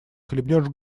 хлебнешь